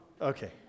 Okay